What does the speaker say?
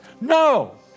No